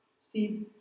See